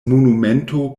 monumento